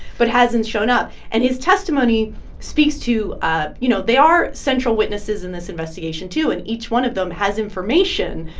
but hasn't shown up. and his testimony speaks to, ah you know, they are central witnesses in this investigation, too. and each one of them has information.